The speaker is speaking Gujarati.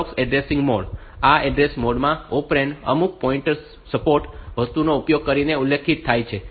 પરોક્ષ એડ્રેસિંગ મોડ આ મોડ માં ઓપરેન્ડ અમુક પોઈન્ટર સૉર્ટ વસ્તુનો ઉપયોગ કરીને ઉલ્લેખિત થાય છે